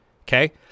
okay